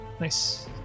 Nice